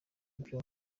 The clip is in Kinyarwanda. ibyo